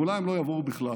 ואולי הם לא יבואו בכלל.